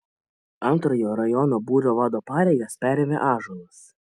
antrojo rajono būrio vado pareigas perėmė ąžuolas